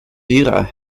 wäre